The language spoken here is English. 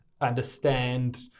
understand